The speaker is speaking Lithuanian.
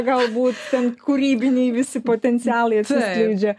galbūt ten kūrybiniai visi potencialai atsiskleidžia